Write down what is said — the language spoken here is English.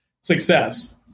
success